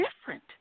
different